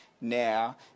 now